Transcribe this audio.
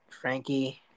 Frankie